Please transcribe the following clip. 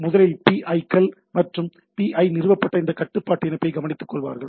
முதலில் PI கள் PI நிறுவப்பட்ட அந்த கட்டுப்பாட்டு இணைப்பை கவனித்துக்கொள்வார்கள்